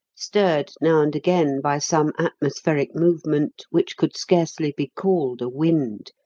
stirred now and again by some atmospheric movement which could scarcely be called a wind,